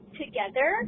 together